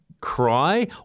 cry